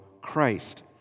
Christ